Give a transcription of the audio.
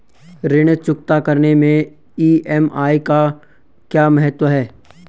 ऋण चुकता करने मैं ई.एम.आई का क्या महत्व है?